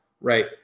right